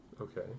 Okay